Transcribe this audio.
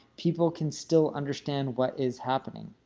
people can still understand what is happening.